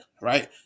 right